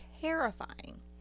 terrifying